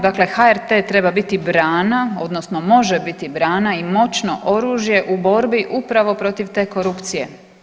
Dakle, HRT treba biti brana odnosno može biti brana i moćno oružje u borbi upravo protiv te korupcije.